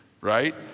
right